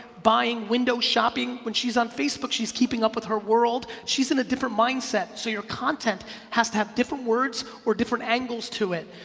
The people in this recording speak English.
buying, window shopping. when she's on facebook, she's keeping up with her world. she's in a different mindset so your content has to have different words or different angles to it.